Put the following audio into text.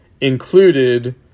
included